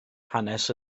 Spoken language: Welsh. hanes